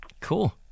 Cool